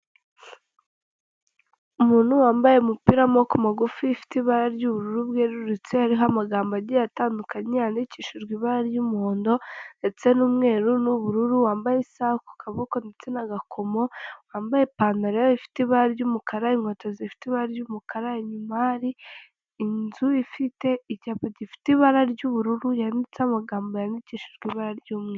Umuntu wambaye umupira w'amaboko magufi ifite ibara ry'ubururu bwerurutse hariho amagambo agiye atandukanye yandikishijwe ibara ry'umuhondo ndetse n'umweru n'ubururu wambaye isaha ku kaboko ndetse n'agakomo wambaye ipantaro ye ifite ibara ry'umukara inkweto zifite ibara ry'umukara inyuma hari inzu ifite icyapa gifite ibara ry'ubururu yanditseho amagambo yandikishijwe ibara ry'umweru.